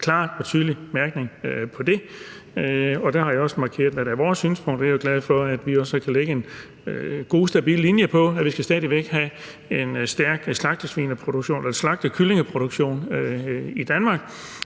klar og tydelig mærkning på det. Der har jeg også markeret, hvad der er vores synspunkt, og jeg er glad for, at vi kan lægge en god, stabil linje for, at vi stadig væk skal have en stærk slagtekyllingeproduktion i Danmark.